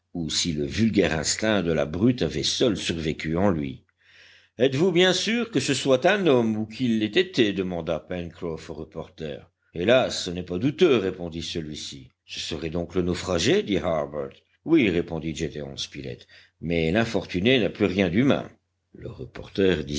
si le vulgaire instinct de la brute avait seul survécu en lui êtes-vous bien sûr que ce soit un homme ou qu'il l'ait été demanda pencroff au reporter hélas ce n'est pas douteux répondit celui-ci ce serait donc le naufragé dit harbert oui répondit gédéon spilett mais l'infortuné n'a plus rien d'humain le reporter